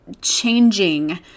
changing